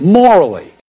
morally